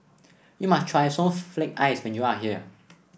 you must try Snowflake Ice when you are here